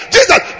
Jesus